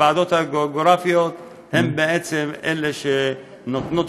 הוועדות הגיאוגרפיות הן בעצם אלה שנותנות